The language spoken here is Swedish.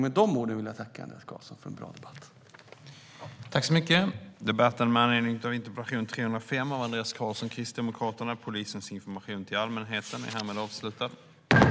Med dessa ord vill jag tacka Andreas Carlson för en bra debatt.